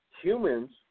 humans